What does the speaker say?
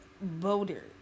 voters